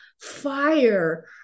fire